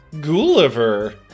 Gulliver